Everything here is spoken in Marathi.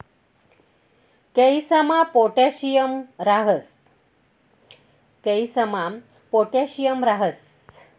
केयीसमा पोटॅशियम राहस